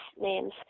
names